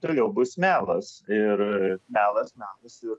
toliau bus melas ir melas melas ir